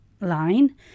line